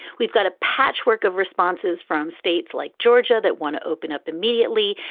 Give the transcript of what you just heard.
we've got a patchwork of responses from states like georgia that want to open up immediately,